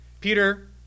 Peter